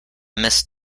missed